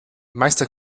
meister